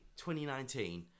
2019